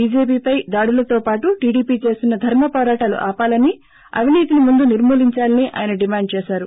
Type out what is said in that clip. బీజేపీపై దాడులతో పాటు టీడీపీ చేస్తున్న ధర్మ వోరాటాలు ఆపాలని అవినీతిని ముందు నిర్మూ లించాలని డిమాండ్ చేసారు